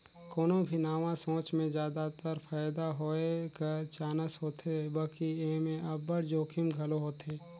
कोनो भी नावा सोंच में जादातर फयदा होए कर चानस होथे बकि एम्हें अब्बड़ जोखिम घलो होथे